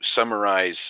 summarize